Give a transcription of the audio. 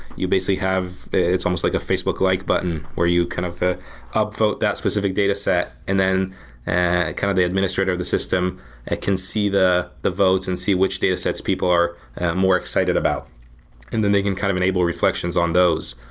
you basically have it's almost like a facebook like button where you kind of up vote that specific dataset and then and kind of the administrator of the system ah can see the the votes and see which datasets people are more excited about and then they can kind of enable reflections on those.